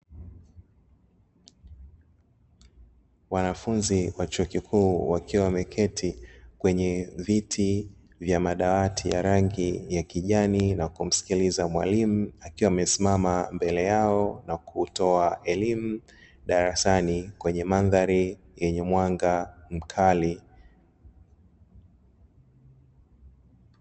Wanafunzi wa chuo kikuu wakiwa wameketi kwenye viti vya madawati ya rangi ya kijani na kumsikiliza mwalimu, akiwa amesimama mbele yao na kutoa elimu darasani kwnye mandhari yenye mwanga mkali.